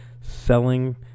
selling